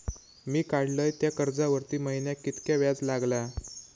मी काडलय त्या कर्जावरती महिन्याक कीतक्या व्याज लागला?